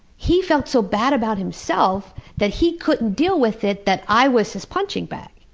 he felt so bad about himself that he couldn't deal with it, that i was his punching bag.